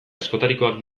askotarikoak